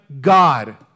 God